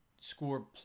score